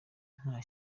nta